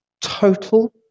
total